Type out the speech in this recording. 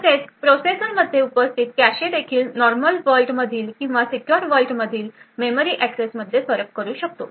तसेच प्रोसेसर मध्ये उपस्थित कॅशे देखील नॉर्मल वर्ल्ड मधील आणि सिक्योर वर्ल्ड मधील मेमरी एक्सेस मध्ये फरक करू शकतो